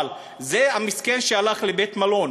אבל זה המסכן שהלך לבית-מלון,